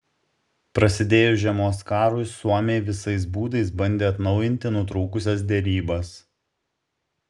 prasidėjus žiemos karui suomiai visais būdais bandė atnaujinti nutrūkusias derybas